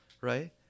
right